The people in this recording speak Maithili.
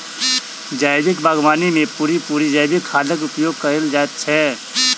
जैविक बागवानी मे पूरा पूरी जैविक खादक उपयोग कएल जाइत छै